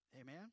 Amen